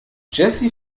jessy